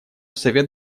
совет